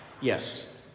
Yes